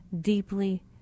deeply